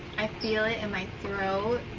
i feel it in my throat